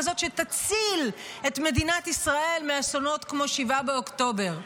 כזאת שתציל את מדינת ישראל מאסונות כמו 7 באוקטובר.